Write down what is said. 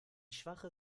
schwache